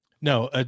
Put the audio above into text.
No